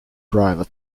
private